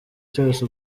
cyose